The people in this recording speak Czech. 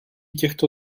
těchto